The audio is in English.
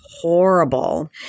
horrible